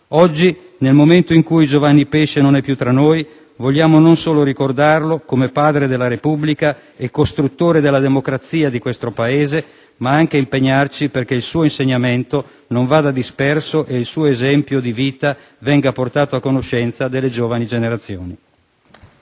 Oggi, nel momento in cui Giovanni Pesce non è più tra noi, vogliamo non solo ricordarlo come Padre della Repubblica e costruttore della democrazia di questo Paese, ma anche impegnarci perché il suo insegnamento non vada disperso e il suo esempio di vita venga portato a conoscenza delle giovani generazioni.